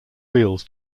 wheels